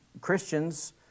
Christians